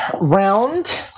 round